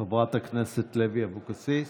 חברת הכנסת לוי אבקסיס,